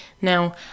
Now